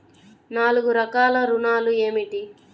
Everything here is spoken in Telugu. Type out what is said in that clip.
నాలుగు రకాల ఋణాలు ఏమిటీ?